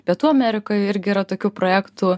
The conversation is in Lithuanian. pietų amerikoj irgi yra tokių projektų